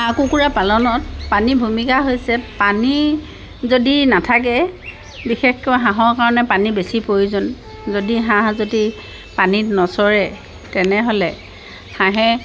হাঁহ কুকুৰা পালনত পানীৰ ভূমিকা হৈছে পানী যদি নাথাকে বিশেষকৈ হাঁহৰ কাৰণে পানী বেছি প্ৰয়োজন যদি হাঁহ যদি পানীত নচৰে তেনেহ'লে হাঁহে